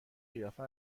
قیافه